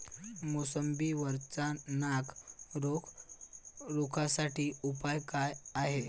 मोसंबी वरचा नाग रोग रोखा साठी उपाव का हाये?